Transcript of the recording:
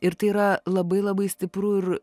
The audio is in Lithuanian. ir tai yra labai labai stipru ir